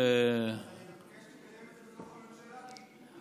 אז אני מבקש שתקדם את זה בתוך הממשלה,